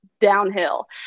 downhill